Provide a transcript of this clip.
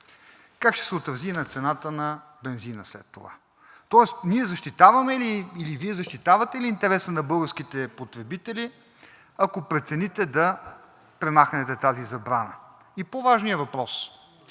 Как ще се отрази на цената на бензина след това? Тоест, ние защитаваме ли, или Вие защитавате ли интереса на българските потребители, ако прецените да премахнете тази забрана? И по-важният въпрос: